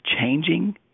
changing